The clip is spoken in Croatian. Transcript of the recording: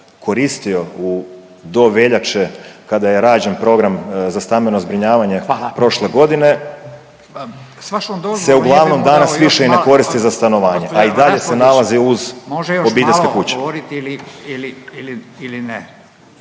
koristio do veljače kada je rađen program za stambeno zbrinjavanje prošle godine se uglavnom danas više i ne koristi za stanovanje, a i dalje se nalazi uz obiteljske kuće.